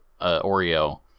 Oreo